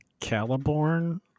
Caliborn-